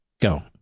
Go